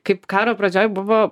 kaip karo pradžioj buvo